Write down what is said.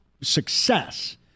success